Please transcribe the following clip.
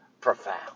profound